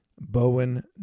Bowen